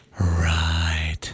Right